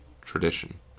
tradition